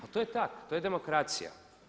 Ali to je tako, to je demokracija.